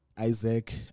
Isaac